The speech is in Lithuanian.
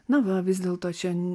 na va vis dėlto čia